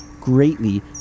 greatly